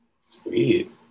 Sweet